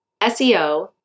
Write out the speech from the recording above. SEO